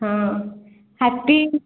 ହଁ ହାତୀ